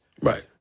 Right